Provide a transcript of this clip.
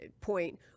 point